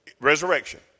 Resurrection